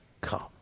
come